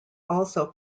also